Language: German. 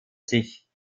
sich